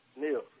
Neil